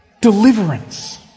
Deliverance